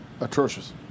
Atrocious